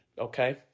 okay